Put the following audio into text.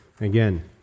again